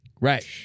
right